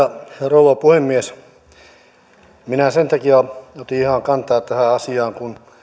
rouva puhemies minä sen takia otin ihan kantaa tähän asiaan kun